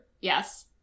Yes